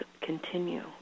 continue